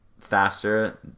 faster